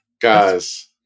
guys